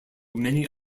many